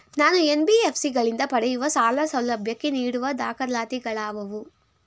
ನಾನು ಎನ್.ಬಿ.ಎಫ್.ಸಿ ಗಳಿಂದ ಪಡೆಯುವ ಸಾಲ ಸೌಲಭ್ಯಕ್ಕೆ ನೀಡುವ ದಾಖಲಾತಿಗಳಾವವು?